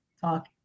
talk